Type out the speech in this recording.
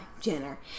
Jenner